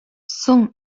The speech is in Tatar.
соң